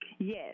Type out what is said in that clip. Yes